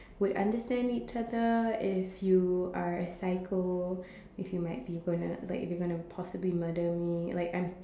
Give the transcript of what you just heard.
would understand each other if you are a psycho if you might be gonna like if you gonna possibly murder me like I'm